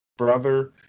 brother